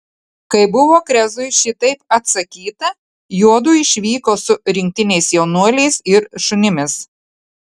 kai buvo krezui šitaip atsakyta juodu išvyko su rinktiniais jaunuoliais ir šunimis